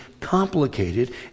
complicated